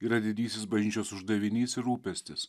yra didysis bažnyčios uždavinys ir rūpestis